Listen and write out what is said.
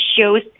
shows